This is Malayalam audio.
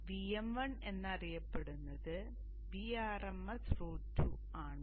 Vm1 അറിയപ്പെടുന്നത് Vrms √2 ആണ്